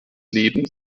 leben